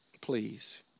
Please